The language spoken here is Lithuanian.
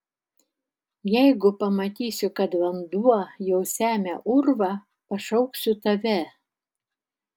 jeigu pamatysiu kad vanduo jau semia urvą pašauksiu tave